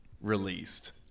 released